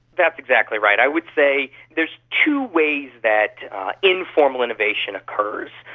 that's exactly right. i would say there's two ways that informal innovation occurs.